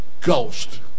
Ghost